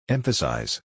Emphasize